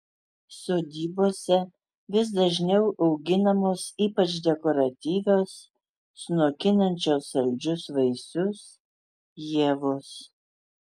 sodybose vis dažniau auginamos ypač dekoratyvios sunokinančios saldžius vaisius ievos